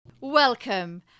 Welcome